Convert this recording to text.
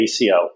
ACO